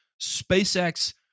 SpaceX